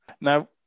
now